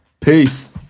Peace